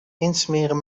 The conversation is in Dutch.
insmeren